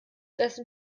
dessen